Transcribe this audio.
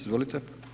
Izvolite.